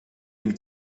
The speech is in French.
une